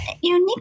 unique